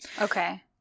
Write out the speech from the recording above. Okay